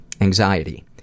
Anxiety